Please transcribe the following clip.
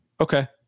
okay